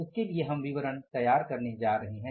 उसके लिए हम विवरण तैयार करने जा रहे हैं